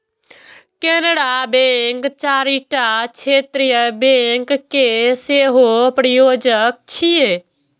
Canara bank चारिटा क्षेत्रीय bank के सेहो प्रायोजक छियै